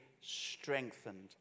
strengthened